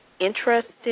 interested